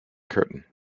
curtain